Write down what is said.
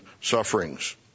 sufferings